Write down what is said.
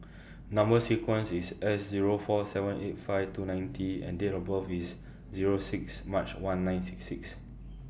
Number sequence IS S Zero four seven eight five two nine T and Date of birth IS Zero six March one nine six six